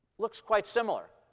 looks quite similar.